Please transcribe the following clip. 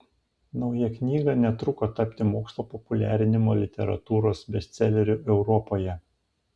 nauja knyga netruko tapti mokslo populiarinimo literatūros bestseleriu europoje